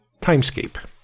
Timescape